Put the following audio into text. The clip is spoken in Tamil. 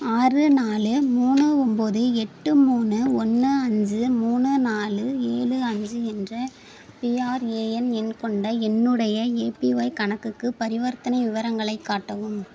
ஆறு நாலு மூணு ஒம்பது எட்டு மூணு ஒன்று அஞ்சு மூணு நாலு ஏலு அஞ்சு என்ற பிஆர்ஏஎன் எண் கொண்ட என்னுடைய ஏபிஒய் கணக்குக்கு பரிவர்த்தனை விவரங்களைக் காட்டவும்